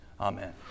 amen